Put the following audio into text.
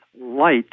light